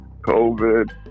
COVID